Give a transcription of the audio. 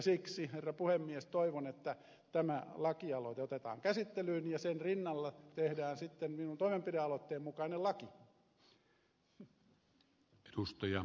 siksi herra puhemies toivon että tämä lakialoite otetaan käsittelyyn ja sen rinnalla tehdään sitten minun toimenpidealoitteeni mukainen laki